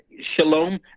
shalom